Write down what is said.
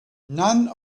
none